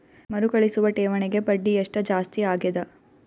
ಮರುಕಳಿಸುವ ಠೇವಣಿಗೆ ಬಡ್ಡಿ ಎಷ್ಟ ಜಾಸ್ತಿ ಆಗೆದ?